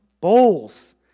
bowls